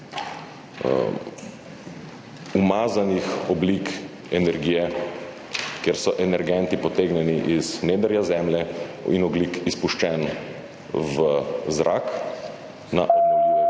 umazanih oblik energije, kjer so energenti potegnjeni iz nedrja Zemlje in ogljik izpuščen v zrak, na obnovljive